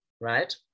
right